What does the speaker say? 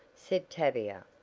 said tavia.